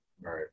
Right